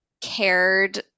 cared